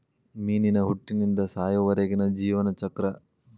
ಮೇನಿನ ಹುಟ್ಟಿನಿಂದ ಸಾಯುವರೆಗಿನ ಜೇವನ ಚಕ್ರ